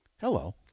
Hello